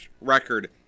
record